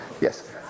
Yes